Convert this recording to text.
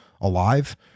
alive